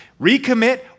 Recommit